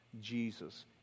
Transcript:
Jesus